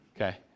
Okay